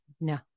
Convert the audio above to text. no